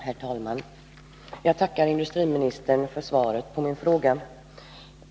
Herr talman! Jag tackar industriministern för svaret på min fråga.